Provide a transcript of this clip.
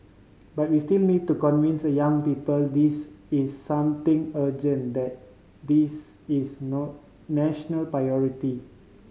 but we still need to convince the young people this is something urgent that this is no national priority